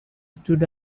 stood